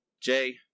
Jay